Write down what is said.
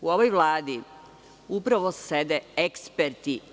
U ovoj Vladi upravo sede eksperti.